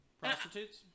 prostitutes